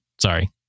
sorry